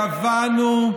עכשיו, חברים,